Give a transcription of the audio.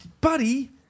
Buddy